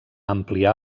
ampliar